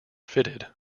fitted